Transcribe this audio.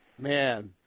Man